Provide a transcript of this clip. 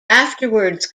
afterwards